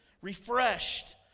refreshed